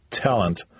talent